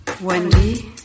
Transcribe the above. Wendy